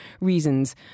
reasons